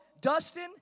Dustin